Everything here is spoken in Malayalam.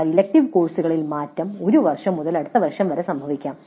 എന്നാൽ ഇലക്ടീവ് കോഴ്സുകളിൽ മാറ്റങ്ങൾ ഒരു വർഷം മുതൽ അടുത്ത വർഷം വരെ സംഭവിക്കാം